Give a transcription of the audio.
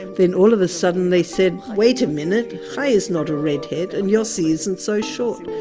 and then, all of a sudden, they said wait a minute! chaya is not a redhead, and yossi isn't so short.